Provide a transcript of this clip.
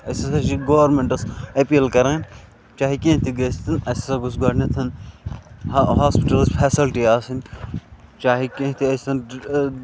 أسۍ ہَسا چھِ گورمنٹَس اپیٖل کَران چاہے کینٛہہ تہِ گٔژھۍ تَن اَسہِ ہَسا گوٚژھ گۄڈنیٚتھ ہاسپِٹَلچ فیسَلٹی آسٕنۍ چاہے کینٛہہ تہِ ٲسۍتن